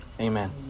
Amen